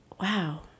wow